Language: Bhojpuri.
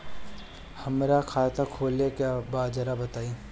हमरा खाता खोले के बा जरा बताई